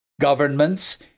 Governments